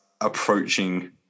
approaching